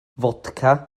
fodca